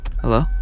Hello